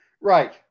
Right